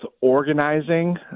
organizing